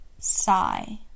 sigh